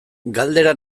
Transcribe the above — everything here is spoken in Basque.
galdera